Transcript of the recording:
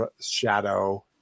shadow